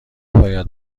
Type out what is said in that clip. باید